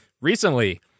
recently